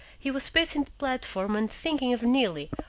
he was pacing the platform and thinking of neelie,